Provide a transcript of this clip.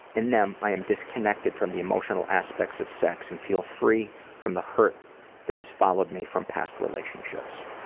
in them i am disconnected from the emotional aspects of sex and feel free from the hurt that has followed me from past relationships.